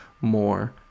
more